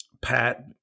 Pat